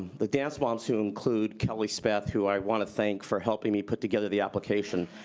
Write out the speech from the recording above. the dance moms, whom include kelly spath, who i want to thank for helping me put together the application.